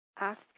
ask